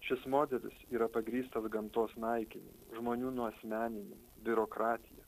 šis modelis yra pagrįstas gamtos naikinimu žmonių nuasmeninimu biurokratija